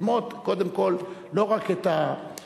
ללמוד, קודם כול, לא רק את האתוס